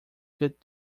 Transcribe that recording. cut